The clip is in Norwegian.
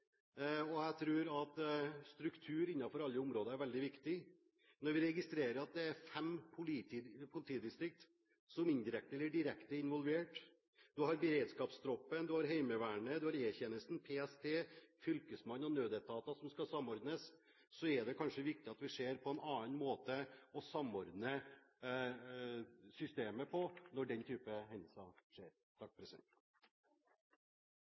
og jeg tror at struktur innenfor alle disse områdene er veldig viktig. Når vi registrerer at det er fem politidistrikter som indirekte eller direkte er involvert – du har beredskapstroppen, Heimevernet, E-tjenesten, PST, fylkesmannen og nødetater som skal samordnes – er det kanskje viktig at vi finner en annen måte å samordne systemet på, når den type hendelser skjer.